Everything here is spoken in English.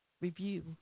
review